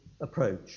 approach